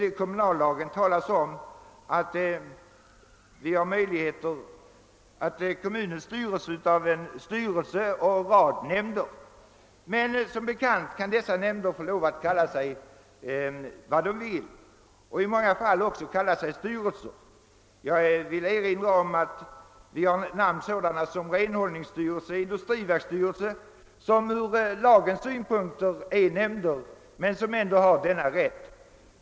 I kommunallagen talas det om att kommunen styres av en styrelse och en rad nämnder. Men som bekant kan dessa nämnder kalla sig vad de vill, och i många fall kallar de sig styrelser. Jag vill erinra om att vi har namn sådana som renhållningsstyrelse och industriverksstyrelse, som från lagens synpunkt är nämnder.